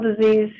disease